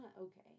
okay